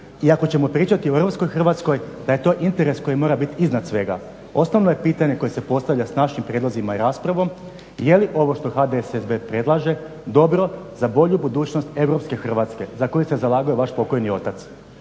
I ako ćemo pričati o europskoj Hrvatskoj da je to interes koji mora biti iznad svega. Osnovno je pitanje koje se postavlja s našim prijedlozima i raspravom je li ovo što HDSSB predlaže dobro za bolju budućnost europske Hrvatske za koju se zalagao vaš pokojni otac.